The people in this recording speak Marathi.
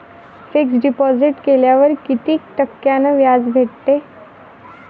फिक्स डिपॉझिट केल्यावर कितीक टक्क्यान व्याज भेटते?